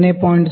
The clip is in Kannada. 04 0